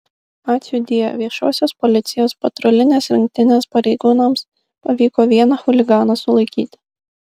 ačiūdie viešosios policijos patrulinės rinktinės pareigūnams pavyko vieną chuliganą sulaikyti